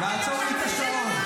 לעצור לי את השעון.